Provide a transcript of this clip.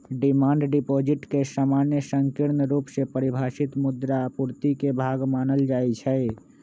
demand deposit के सामान्य संकीर्ण रुप से परिभाषित मुद्रा आपूर्ति के भाग मानल जाइ छै